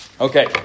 Okay